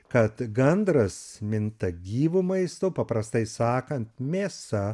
kad gandras minta gyvu maistu paprastai sakant mėsa